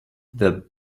that